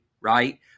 Right